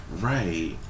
Right